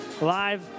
live